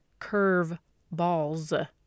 curveballs